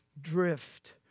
drift